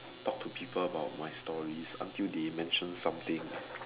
talk to people about my stories until they mention something